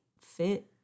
fit